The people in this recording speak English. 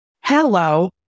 Hello